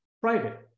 private